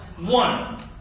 One